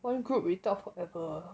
one group we talk forever